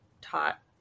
taught